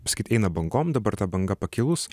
kaip pasakyt eina bangom dabar ta banga pakilus